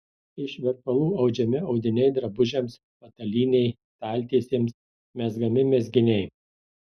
iš verpalų audžiami audiniai drabužiams patalynei staltiesėms mezgami mezginiai